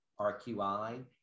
RQI